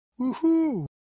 Woohoo